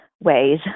ways